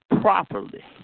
properly